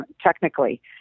technically